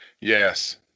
Yes